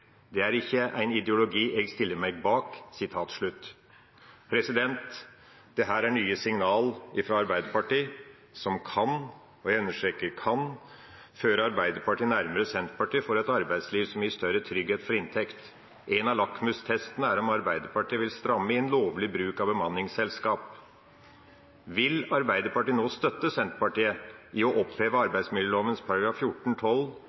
Det er ikkje ein ideologi eg stiller meg bak.» Dette er nye signaler fra Arbeiderpartiet som kan – og jeg understreker kan – føre Arbeiderpartiet nærmere Senterpartiet for et arbeidsliv som gir større trygghet for inntekt. En av lakmustestene er om Arbeiderpartiet vil stramme inn lovlig bruk av bemanningsselskap. Vil Arbeiderpartiet nå støtte Senterpartiet i å oppheve